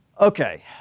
Okay